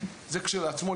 זה כשלעצמו,